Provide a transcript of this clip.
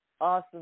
awesome